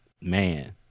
man